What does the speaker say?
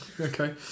okay